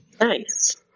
Nice